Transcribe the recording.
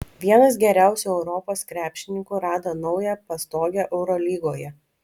vienas geriausių europos krepšininkų rado naują pastogę eurolygoje